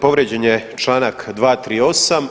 Povrijeđen je čl. 238.